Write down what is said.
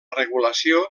regulació